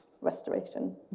restoration